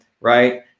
right